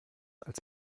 als